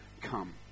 come